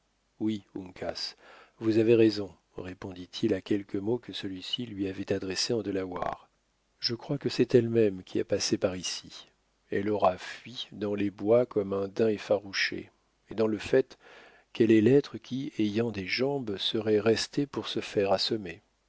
oui uncas vous avez raison répondit-il à quelques mots que celui-ci lui avait adressés en delaware je crois que c'est elle-même qui a passé par ici elle aura fui dans les bois comme un daim effarouché et dans le fait quel est l'être qui ayant des jambes serait resté pour se faire assommer